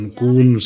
kun